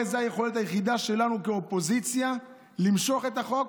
הרי זו היכולת היחידה שלנו כאופוזיציה למשוך את החוק